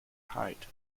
height